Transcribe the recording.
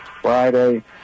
Friday